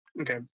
Okay